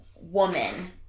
woman